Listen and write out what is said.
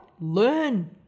learn